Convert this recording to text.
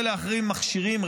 ולהחרים מכשירים,